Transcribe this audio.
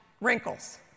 wrinkles